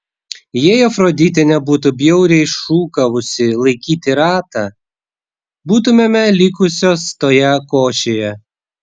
jei afroditė nebūtų bjauriai šūkavusi laikyti ratą būtumėme likusios toje košėje